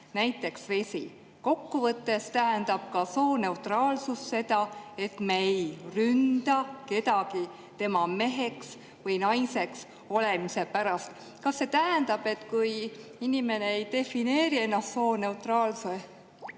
näiteks vesi […]. Kokkuvõttes tähendab ka sooneutraalsus seda, et me ei ründa kedagi tema meheks või naiseks olemise pärast." Kas see tähendab, et kui inimene ei defineeri ennast sooneutraalsena,